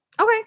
Okay